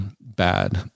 bad